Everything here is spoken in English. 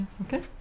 okay